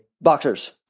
Boxers